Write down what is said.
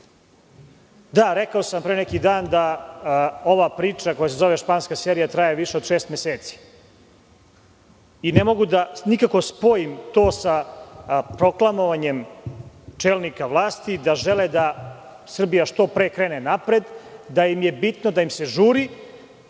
rekao sam pre neki dan da ova priča, koja se zove španska serija, traje više od šest meseci. Ne mogu nikako da spojim to sa proklamovanjem čelnika vlasti da žele da Srbija što pre krene napred, da im je bitno, da im se žuri,